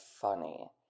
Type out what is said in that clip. funny